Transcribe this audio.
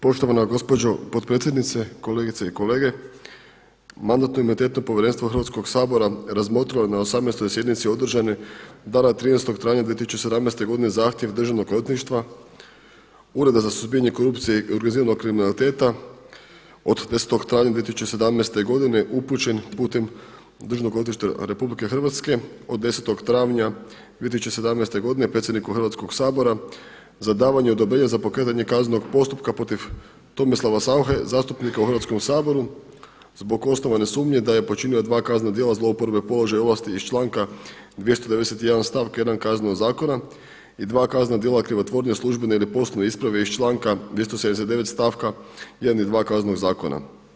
Poštovana gospođo potpredsjednice, kolegice i kolege Mandatno-imunitetno povjerenstvo Hrvatskog sabora razmotrilo je na 18. sjednici održanoj dana 13. travnja 2017. godine zahtjev Državnog odvjetništva, Ureda za suzbijanje korupcije i organiziranog kriminaliteta od 10. travnja 2017. godine upućen putem Državnog odvjetništva Republike Hrvatske od 10. travnja 2017. godine predsjedniku Hrvatskog sabora za davanje odobrenja za pokretanje kaznenog postupka protiv Tomislava Sauche zastupnika u Hrvatskom saboru zbog osnovane sumnje da je počinio dva kaznena djela zlouporabe položaja ovlasti iz članka 291. stavak 1. Kaznenog zakona i dva kaznena djela krivotvorenja službene ili poslovne isprave iz članka 279. stavka 1.i 2. Kaznenog zakona.